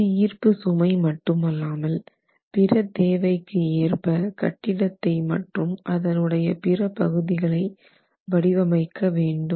புவியீர்ப்பு சுமை மட்டுமல்லாமல் பிற தேவைக்கு ஏற்ப கட்டிடத்தை மற்றும் அதன் உடைய பிற பகுதிகளை வடிவமைக்க வேண்டும்